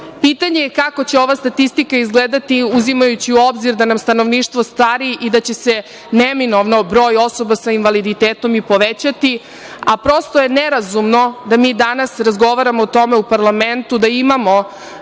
Srbiji. Pitanje je kako će ova statistika izgledati, uzimajući u obzir da nam stanovništvo stari i da će se neminovno broj osoba sa invaliditetom i povećati. Prosto je nerazumno da mi danas razgovaramo o tome u parlamentu, da imamo